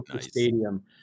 stadium